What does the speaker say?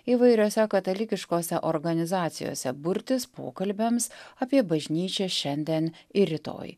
įvairiose katalikiškose organizacijose burtis pokalbiams apie bažnyčią šiandien ir rytoj